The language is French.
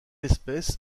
espèce